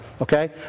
Okay